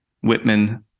Whitman